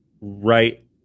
right